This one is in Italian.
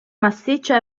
massiccia